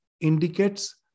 indicates